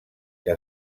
que